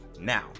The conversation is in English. now